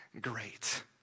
great